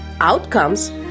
outcomes